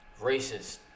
racist